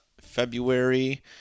February